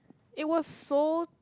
it was so